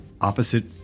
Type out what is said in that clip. opposite